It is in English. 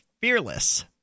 fearless